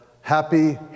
happy